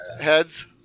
heads